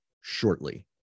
shortly